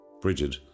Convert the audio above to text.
Bridget